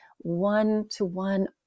one-to-one